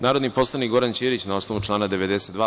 Narodni poslanik Goran Ćirić, na osnovu člana 92.